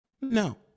No